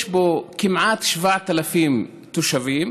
יש בו כמעט 7,000 תושבים,